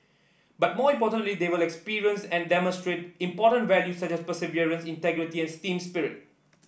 but more importantly they will experience and demonstrate important values such as perseverance integrity and team spirit